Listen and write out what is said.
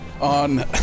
on